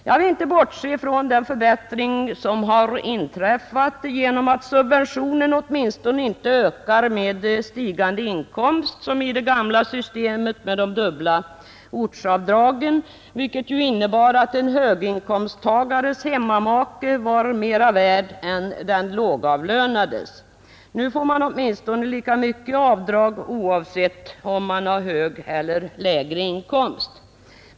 Jag vill inte bortse från den förbättring som inträffat genom att subventionen åtminstone inte ökar med stigande inkomst som i det gamla systemet med de dubbla ortsavdragen, vilket ju innebar att en höginkomsttagares hemmamake var mera värd än den lågavlönades. Nu får man åtminstone lika mycket i avdrag, oavsett om man har hög eller låg inkomst.